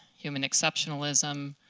human exceptionalism.